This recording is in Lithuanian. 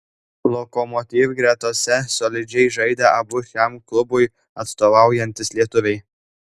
lokomotiv gretose solidžiai žaidė abu šiam klubui atstovaujantys lietuviai